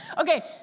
Okay